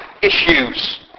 issues